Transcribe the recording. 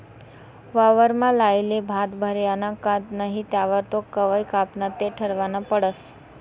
वावरमा लायेल भात भरायना का नही त्यावर तो कवय कापाना ते ठरावनं पडस